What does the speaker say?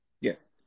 yes